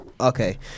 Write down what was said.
Okay